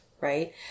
right